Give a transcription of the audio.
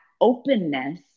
openness